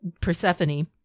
Persephone